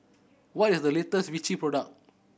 what is the latest Vichy product